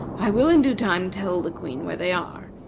i will in due time tell the queen where they are,